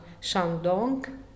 Shandong